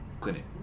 clinic